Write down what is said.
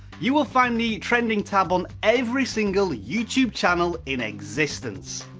you will find the trending tab on every single youtube channel in existence.